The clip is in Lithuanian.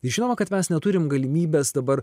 žinoma kad mes neturim galimybės dabar